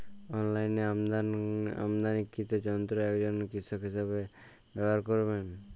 অনলাইনে আমদানীকৃত যন্ত্র একজন কৃষক কিভাবে ব্যবহার করবেন?